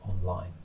online